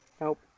Nope